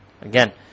Again